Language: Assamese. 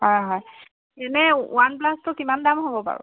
হয় হয় এনেই ৱান প্লাছটো কিমান দাম হ'ব বাৰু